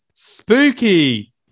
spooky